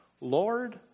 Lord